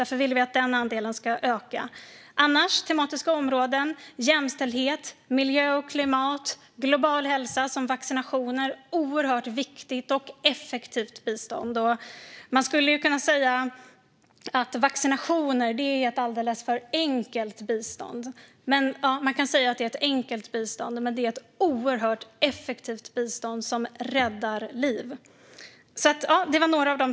Därför vill vi att den andelen ska öka. Annars är tematiska områden som jämställdhet, miljö och klimat samt global hälsa - till exempel vaccinationer - oerhört viktiga, och det är effektivt bistånd. Man skulle kunna säga att vaccinationer är ett alldeles för "enkelt" bistånd, men det är ju ett oerhört effektivt bistånd som räddar liv. Det var alltså några av sakerna.